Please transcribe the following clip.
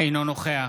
אינו נוכח